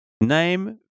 Name